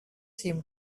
seem